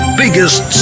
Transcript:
biggest